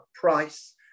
price